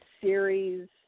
series